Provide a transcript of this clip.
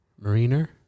Mariner